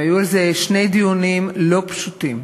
היו על זה שני דיונים לא פשוטים,